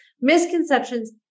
misconceptions